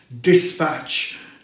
dispatch